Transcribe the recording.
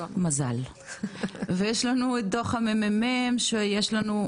מזל ויש לנו את דוח הממ"מ שיש לנו,